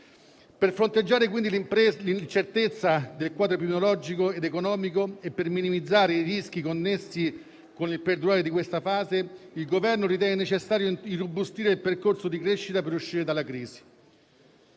Per fronteggiare l'incertezza del quadro epidemiologico ed economico e per minimizzare i rischi connessi con il perdurare di questa fase, il Governo ritiene necessario irrobustire il percorso di crescita per uscire dalla crisi.